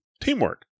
teamwork